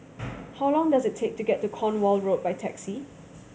how long does it take to get to Cornwall Road by taxi